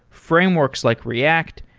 frameworks like react,